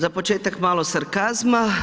Za početak malo sarkazma.